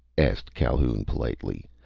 asked calhoun politely,